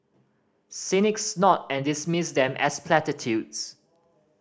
cynics snort and dismiss them as platitudes